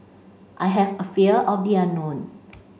I have a fear of the unknown